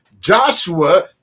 Joshua